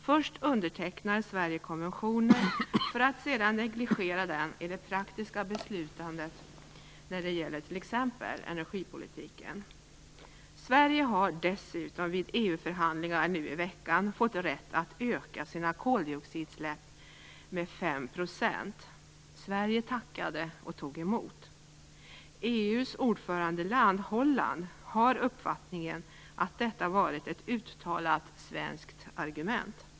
Först undertecknar Sverige konventionen för att sedan negligera den i det praktiska beslutandet när det gäller t.ex. energipolitiken. Sverige har dessutom vid EU-förhandlingar nu i veckan fått rätt att öka sina koldioxidutsläpp med 5 %. Sverige tackade och tog emot! EU:s ordförandeland, Holland, har uppfattningen att detta varit ett uttalat svenskt argument.